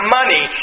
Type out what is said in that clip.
money